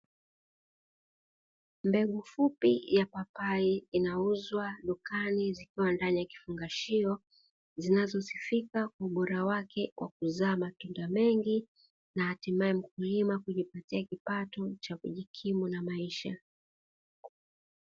Mbegu fupi ya papai inauzwa dukani zikiwa ndani ya kifungashio, zinazosifika kwa ubora wake wa kuzaa matunda mengi na hatimaye mkulima kujipatia kipato cha kujikimu na maisha.